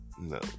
no